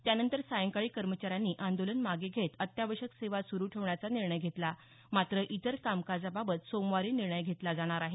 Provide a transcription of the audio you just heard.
त्यानंतर सायंकाळी कर्मचाऱ्यांनी आंदोलन मागे घेत अत्यावश्यक सेवा सुरू ठेवण्याचा निर्णय घेतला मात्र इतर कामकाजाबाबत सोमवारी निर्णय घेतला जाणार आहे